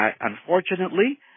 unfortunately